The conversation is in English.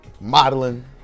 modeling